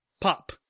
Pop